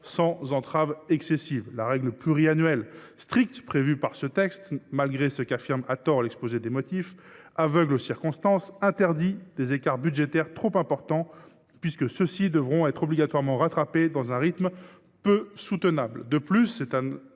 sans entraves excessives. La règle pluriannuelle stricte prévue par ce texte, en dépit de ce qu’affirme à tort l’exposé des motifs, aveugle aux circonstances, interdit des écarts budgétaires trop importants, puisque ceux ci devront être obligatoirement rattrapés à un rythme peu soutenable.